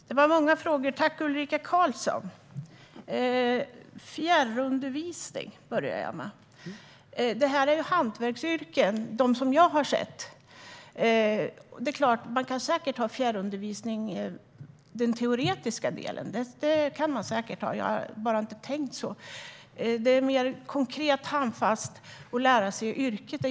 Herr talman! Det var många frågor från Ulrika Carlsson. Jag börjar med fjärrundervisningen. Det jag har sett är hantverksyrken. Man kan säkert ha fjärrundervisning på den teoretiska delen; jag har bara inte tänkt så. Det jag har sett har varit ett mer konkret och handfast sätt att lära sig yrket.